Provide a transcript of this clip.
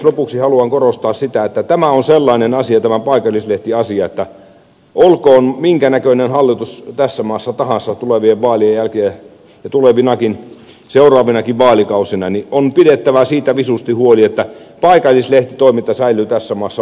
lopuksi haluan korostaa sitä että tämä paikallislehtiasia on sellainen asia että olkoon tässä maassa minkä näköinen hallitus tahansa tulevien vaalien jälkeen ja tulevina seuraavinakin vaalikausina niin on pidettävä siitä visusti huoli että paikallislehtitoiminta säilyy tässä maassa vahvana